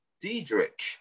Diedrich